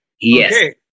Yes